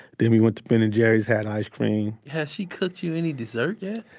then we went to ben and jerry's, had ice cream has she cooked you any dessert yet?